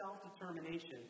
self-determination